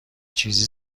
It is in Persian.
چیزی